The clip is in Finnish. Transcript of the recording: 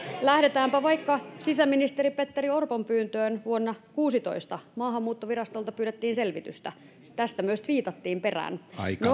lähdetäänpä vaikka sisäministeri petteri orpon pyynnöstä vuonna kuusitoista maahanmuuttovirastolta pyydettiin selvitystä tästä myös tviitattiin perään